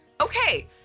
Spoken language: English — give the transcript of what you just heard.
Okay